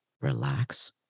Relax